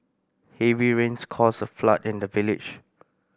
heavy rains caused a flood in the village